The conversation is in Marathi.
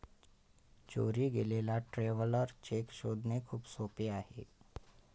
चोरी गेलेला ट्रॅव्हलर चेक शोधणे खूप सोपे आहे